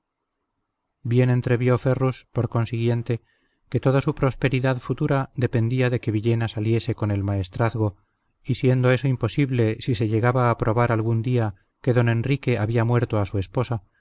bien entrevió ferrus por consiguiente que toda su prosperidad futura dependía de que villena saliese con el maestrazgo y siendo eso imposible si se llegaba a probar algún día que don enrique había muerto a su esposa